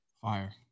Fire